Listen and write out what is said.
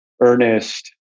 Ernest